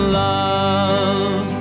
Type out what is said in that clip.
love